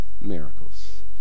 miracles